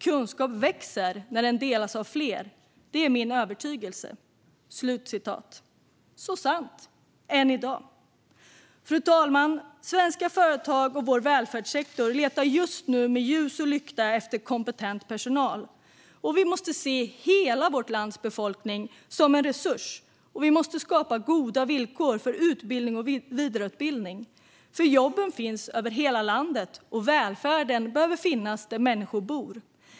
Kunskap växer när den delas av fler. Det är min övertygelse". Det är sant än i dag. Fru talman! Svenska företag och vår välfärdssektor letar just nu med ljus och lykta efter kompetent personal. Vi måste se hela vårt lands befolkning som en resurs, och vi måste skapa goda villkor för utbildning och vidareutbildning. Jobben finns över hela landet, och välfärden behöver finnas där människor bor.